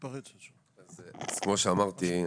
אז כמו שאמרתי,